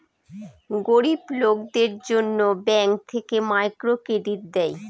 গরিব লোকদের জন্য ব্যাঙ্ক থেকে মাইক্রো ক্রেডিট দেয়